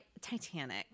Titanic